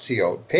.co